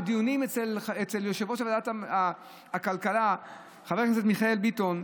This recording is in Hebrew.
בדיונים אצל יושב-ראש ועדת הכלכלה חבר הכנסת מיכאל ביטון,